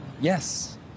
Yes